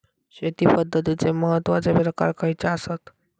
शेती पद्धतीचे महत्वाचे प्रकार खयचे आसत?